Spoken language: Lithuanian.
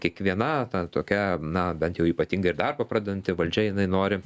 kiekviena ta tokia na bent jau ypatingai ar darbą pradedanti valdžia jinai nori